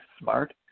smart